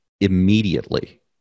immediately